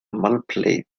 malplej